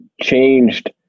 changed